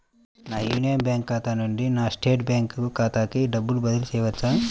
నా Union Bank ఖాతా నుండి నా స్టేట్ బ్యాంకు ఖాతాకి డబ్బు బదిలి చేయవచ్చా?